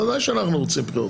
ודאי שאנחנו רוצים בחירות,